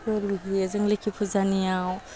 बोर बिहैयो जों लोक्षि फुजानियाव